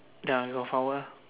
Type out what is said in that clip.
ya got flower